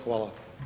Hvala.